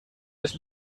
das